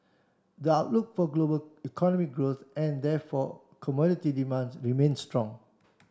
the outlook for global economic growth and therefore commodity demands remain strong